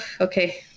okay